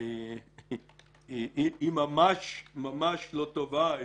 היא ממש ממש לא טובה,